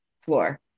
floor